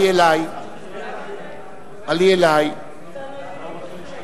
67. שני התיקונים הם תיקונים חשובים,